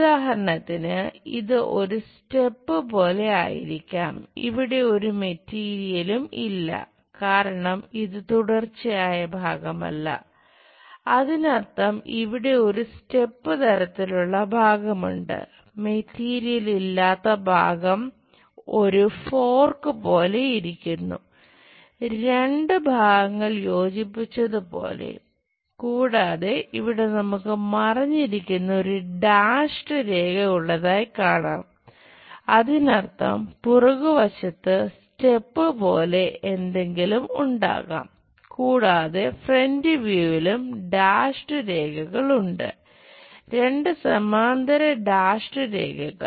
ഉദാഹരണത്തിന് ഇത് ഒരു സ്റ്റെപ് രേഖകൾ